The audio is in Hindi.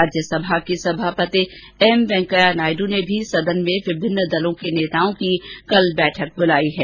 राज्यसभा के सभापति एम वेंकैया नायडू ने भी सदन में विभिन्न दलों के नेताओं की कल बैठक बुलाई है